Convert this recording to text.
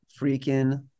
freaking